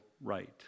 right